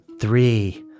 Three